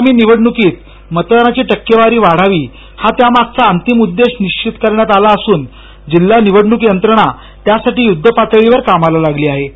आगामी निवडणुकीत मतदारांची टक्के वारी वाढावी हा त्यारमागचा अंतिम उद्देश निश्वित करण्यारत आला असून जिल्हा निवडणूक यंञणा त्यावसाठी युध्दग पातळीवर कामाला लागली आहे